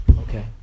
Okay